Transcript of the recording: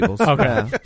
Okay